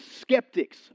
skeptics